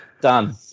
Done